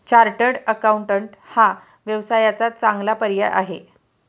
chartered accountant हा व्यवसायाचा चांगला पर्याय आहे